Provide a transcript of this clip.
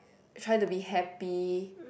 try to be happy